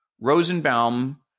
Rosenbaum